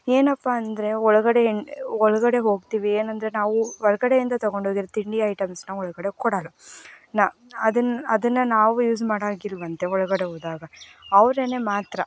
ಏನಪ್ಪ ಅಂದರೆ ಒಳಗಡೆ ಹೇಗ್ ಒಳಗಡೆ ಹೋಗ್ತೀವಿ ಏನಂದರೆ ನಾವು ಹೊರಗಡೆಯಿಂದ ತಗೊಂಡ್ಹೋಗಿರೋ ತಿಂಡಿ ಐಟೆಮ್ಸನ್ನು ಒಳಗಡೆ ಕೊಡೋಲ್ಲ ನ ಅದನ್ನು ಅದನ್ನು ನಾವು ಯೂಸ್ ಮಾಡೋ ಹಾಗೆ ಇಲ್ವಂತೆ ಒಳಗಡೆ ಹೋದಾಗ ಅವ್ರೇ ಮಾತ್ರ